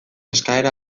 eskaera